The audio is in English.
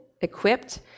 equipped